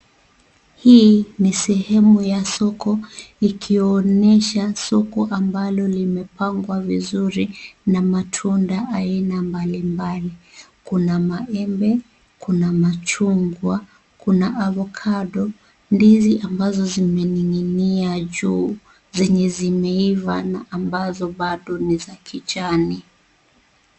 Hii ni sehemu ya soko, ikionyesha soko ambalo limepangwa vizuri na matunda aina mbalimbali. Kuna maembe, kuna machungwa, kuna avocado, ndizi ambazo zimening'inia juu zenye zimeiva na ambazo bado ni za kijani.